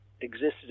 existed